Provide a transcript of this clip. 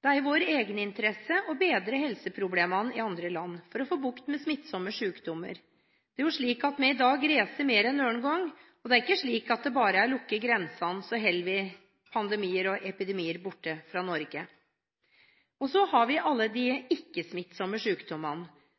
Det er i vår egeninteresse å bedre helseproblemene i andre land for å få bukt med smittsomme sykdommer. Det er jo slik at vi i dag reiser mer enn noen gang, og det er ikke slik at hvis vi bare lukker grensene, holder vi pandemier og epidemier borte fra Norge. Så har vi alle